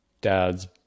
dads